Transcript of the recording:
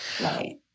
Right